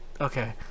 Okay